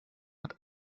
hat